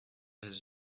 his